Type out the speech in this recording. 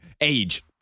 Age